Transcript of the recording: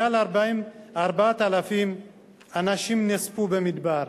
יותר מ-4,000 אנשים נספו במדבר.